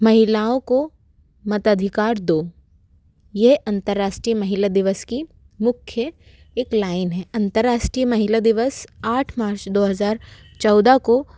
महिलाओं को मताधिकार दो ये अन्तर्राष्टीय महिला दिवस की मुख्य एक लाइन है अन्तर्राष्टीय महिला दिवस आठ मार्च दो हज़ार चौदह को